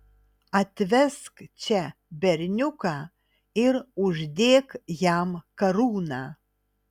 atvesk čia berniuką ir uždėk jam karūną